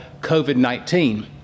COVID-19